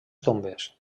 tombes